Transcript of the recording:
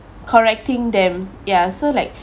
correcting them ya so like